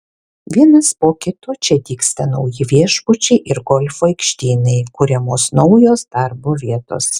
vienas po kito čia dygsta nauji viešbučiai ir golfo aikštynai kuriamos naujos darbo vietos